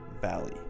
Valley